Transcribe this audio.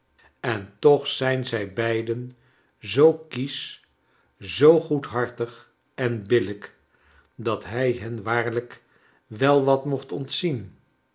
en toch zijn zij beiden zoo kiesch zoo goedhartig en billijk dat hij hen waarlijk wel wat mocht ontzien